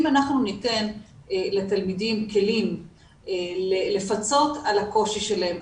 אם ניתן לתלמידים כלים לפצות על הקושי שלהם,